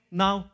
now